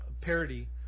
parody